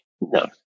No